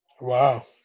Wow